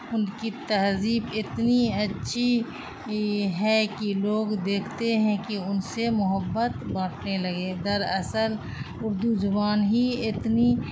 ان کی تہذیب اتنی اچھی ہے کہ لوگ دیکھتے ہیں کہ ان سے محبت بانٹنے لگے در اصل اردو زبان ہی اتنی